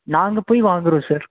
நாங்கள் போய் வாங்குகிறோம் சார்